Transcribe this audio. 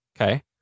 okay